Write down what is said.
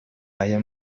aya